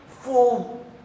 full